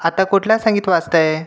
आता कुठलं संगीत वाजत आहे